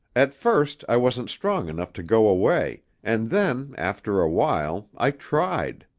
at first i wasn't strong enough to go away, and then, after a while, i tried.